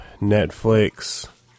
Netflix